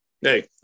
Hey